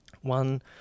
one